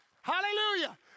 hallelujah